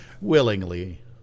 willingly